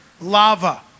lava